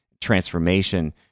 transformation